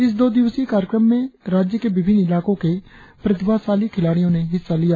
इस दो दिवसीय कार्यक्रम में राज्य के विभिन्न इलाकों के प्रतिभाशाली खिलाड़ियों ने हिस्सा लिया